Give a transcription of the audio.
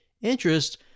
interest